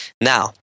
Now